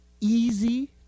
easy